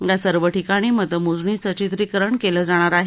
या सर्व ठिकाणी मतमोजणीचं चित्रीकरण केलं जाणार आहे